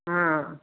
हाँ